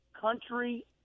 country